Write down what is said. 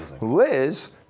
Liz